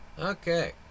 okay